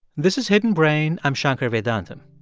this is hidden brain. i'm shankar vedantam.